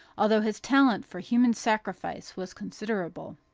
although his talent for human sacrifice was considerable.